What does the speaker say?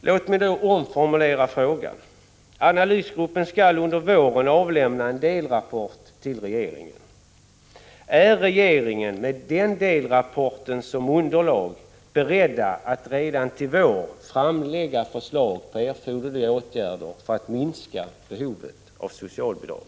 Låt mig då omformulera frågan. Analysgruppen skall under våren avlämna en delrapport till regeringen. Är regeringen, med den delrapporten som underlag, beredd att redan till våren framlägga förslag till erforderliga åtgärder för att minska behovet av socialbidrag?